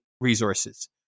resources